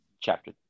Chapter